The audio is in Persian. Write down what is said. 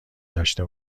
داشته